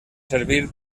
servir